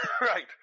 right